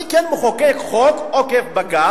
אני כן מחוקק חוק עוקף-בג"ץ.